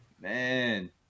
Man